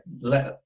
let